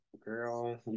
Girl